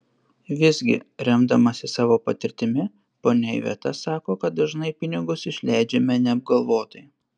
visgi remdamasi savo patirtimi ponia iveta sako kad dažnai pinigus išleidžiame neapgalvotai